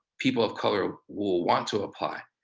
people of color will want to apply.